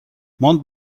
mont